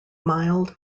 mild